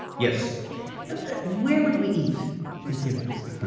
yes where would we eat in siracusa?